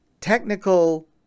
technical